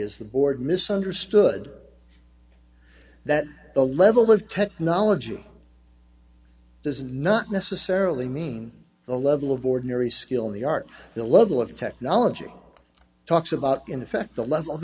is the board misunderstood that the level of technology does not necessarily mean the level of ordinary skill in the art the level of technology talks about in effect the level of